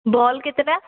bulb କେତେଟା